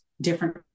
different